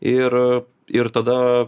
ir ir tada